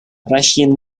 russian